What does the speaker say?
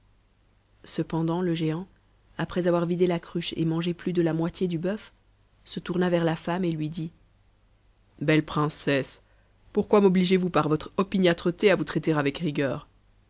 cependant le géant après avoir vidé la cruche et mangé plus de la moitié du bœuf se tourna vers la femme et lui dit belle princesse pourquoi mobligez vous par votre opiniâtreté à vous traiter avec rigueur